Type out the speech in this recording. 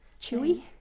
Chewy